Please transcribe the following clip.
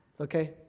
okay